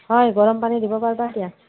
হয় গৰম পানী দিব পাৰিবা এতিয়া